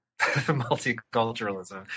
multiculturalism